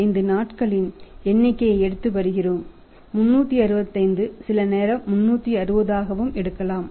365 நாட்களின் எண்ணிக்கையை எடுத்து வருகிறோம் 365 சிலநேரம் 360 ஆகவும் எடுக்கலாம்